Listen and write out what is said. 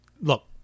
look